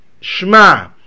Shema